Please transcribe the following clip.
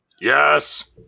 Yes